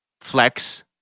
Flex